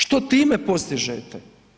Što time postižete?